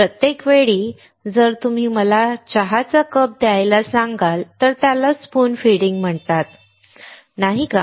प्रत्येक वेळी जर तुम्ही मला चहाचा कप द्यायला सांगाल तर त्याला स्पून फीडिंग म्हणतात नाही का